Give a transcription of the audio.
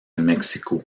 mexico